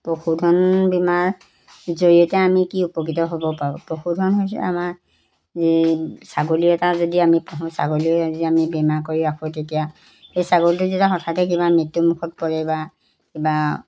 প্ৰশুধন বীমাৰ জৰিয়তে আমি কি উপকৃত হ'ব পাৰোঁ প্ৰশুধন হৈছে আমাৰ এই ছাগলী এটা যদি আমি পোহো ছাগলী যদি আমি বীমা কৰি ৰাখোঁ তেতিয়া সেই ছাগলীটো যেতিয়া হঠাতে কিবা মৃত্যুমুখত পৰে বা কিবা